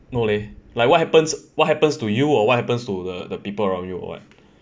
no leh like what happens what happens to you or what happens to the people around you or what